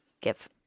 give